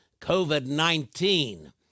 COVID-19